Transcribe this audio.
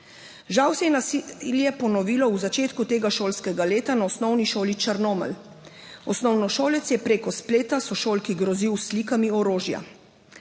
Žal se je nasilje ponovilo v začetku tega šolskega leta na osnovni šoli Črnomelj. Osnovnošolec je preko spleta sošolki grozil s slikami orožja.